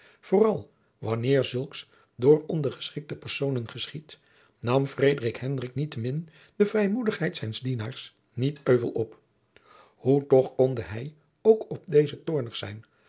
vooral wanneer zulks door ondergeschikte persoonen geschiedt nam frederik hendrik niettemin de vrijmoedigheid zijns dienaars niet euvel op hoe toch konde hij ook op dezen toornig zijn